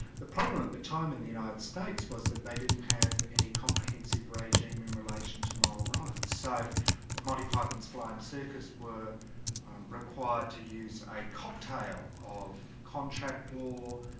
the problem at the time in the united states was that they didn't have any comprehensive regime in relation to moral rights. so monty python's flying circus were required to use a cocktail of contract law,